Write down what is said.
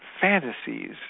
fantasies